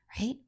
right